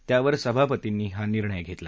त्यावर सभापतींनी हा निर्णय घेतला